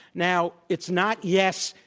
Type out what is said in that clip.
now, it's not, yes,